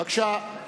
בבקשה.